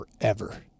forever